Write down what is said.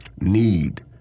Need